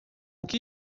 que